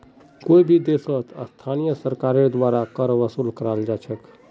कोई भी देशत स्थानीय सरकारेर द्वारा कर वसूल कराल जा छेक